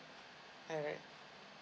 alright